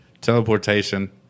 teleportation